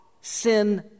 sin